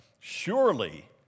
surely